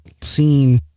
seen